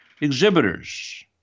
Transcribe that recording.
exhibitors